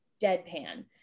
deadpan